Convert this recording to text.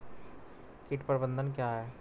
कीट प्रबंधन क्या है?